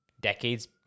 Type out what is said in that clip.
decades